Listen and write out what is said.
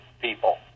people